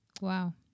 Wow